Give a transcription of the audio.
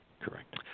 Correct